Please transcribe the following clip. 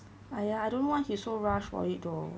I don't know why he so rush for it though